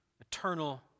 eternal